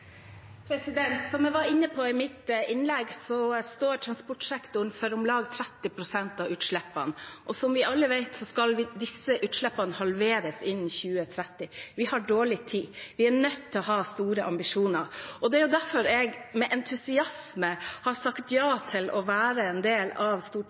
Som jeg var inne på i mitt innlegg, står transportsektoren for om lag 30 pst. av utslippene. Som vi alle vet, skal disse utslippene halveres innen 2030. Vi har dårlig tid. Vi er nødt til å ha store ambisjoner. Det er derfor jeg med entusiasme har sagt ja til å være en del av